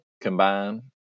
combine